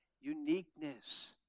uniqueness